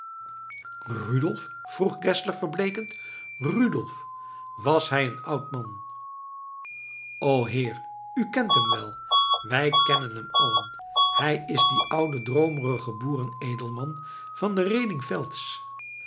rudolf vroeg geszler verbleekend rudolf was hij een oud man o heer u kent hem wel wij kennen hem allen hij is die oude droomerige boeren edelman van den